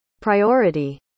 priority